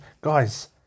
Guys